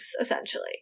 essentially